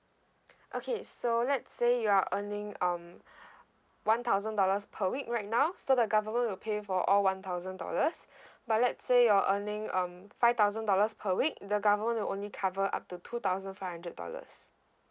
okay so let's say you are earning um one thousand dollars per week right now so the government will pay for all one thousand dollars but let's say you're earning um five thousand dollars per week the government will only cover up to two thousand five hundred dollars